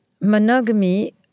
monogamy